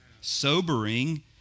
Sobering